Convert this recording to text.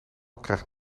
krijgt